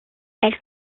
elle